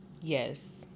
Yes